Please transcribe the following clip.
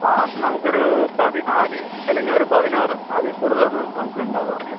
മാസം നമുക്ക് ഒരു പതിനാല് അല്ലെങ്കിൽ ഒരു പതിനാറ് അതിൽ കൂടുതലൊന്നും നമുക്ക് ഉണ്ടാകാറില്ല